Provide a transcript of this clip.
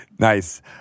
Nice